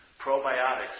probiotics